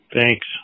Thanks